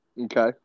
Okay